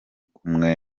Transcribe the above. kumwe